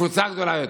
מקבוצה גדולה יותר,